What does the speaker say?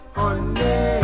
honey